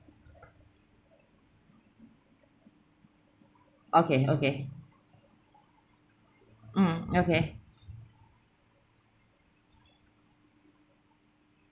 okay okay mm okay